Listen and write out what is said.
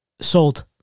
Sold